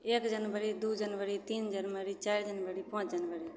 एक जनवरी दुइ जनवरी तीन जनवरी चारि जनवरी पाँच जनवरी